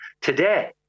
today